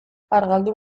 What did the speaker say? argaldu